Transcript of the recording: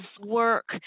work